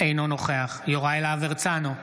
אינו נוכח יוראי להב הרצנו,